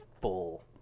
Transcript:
full